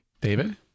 David